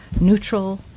neutral